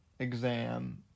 exam